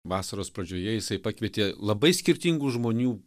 vasaros pradžioje jisai pakvietė labai skirtingų žmonių